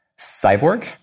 cyborg